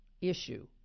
issue